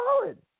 solid